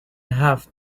have